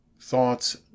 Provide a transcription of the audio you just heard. thoughts